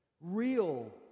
Real